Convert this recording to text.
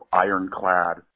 ironclad